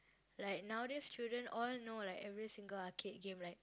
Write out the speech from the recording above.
like nowadays children all know like every single arcade game like